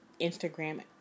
Instagram